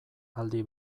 aldi